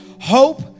hope